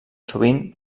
sovint